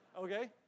Okay